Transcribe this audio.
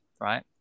right